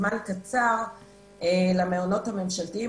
בזמן קצר למעונות הממשלתיים,